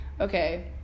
Okay